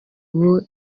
ubu